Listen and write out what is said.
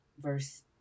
verse